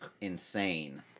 insane